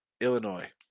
Illinois